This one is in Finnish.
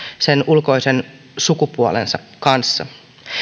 sen ulkoisen sukupuolensa kanssa